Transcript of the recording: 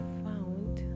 found